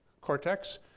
cortex